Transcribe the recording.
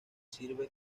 sirve